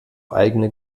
eigene